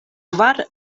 kvar